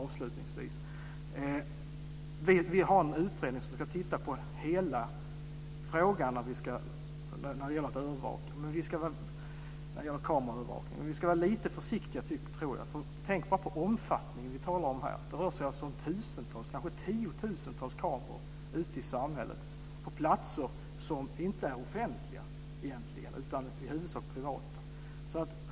Vi har en utredning som ska titta på hela frågan om kameraövervakning. Men jag tror att vi ska vara lite försiktiga. Tänk bara på omfattningen vi talar om. Det rör sig om tusentals, kanske tiotusentals kameror ute i samhället på platser som inte är offentliga utan i huvudsak privata.